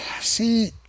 See